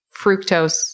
fructose